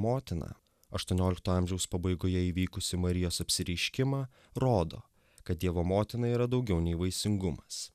motiną aštuoniolikto amžiaus pabaigoje įvykusį marijos apsireiškimą rodo kad dievo motina yra daugiau nei vaisingumas